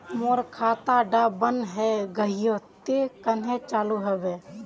मोर खाता डा बन है गहिये ते कन्हे चालू हैबे?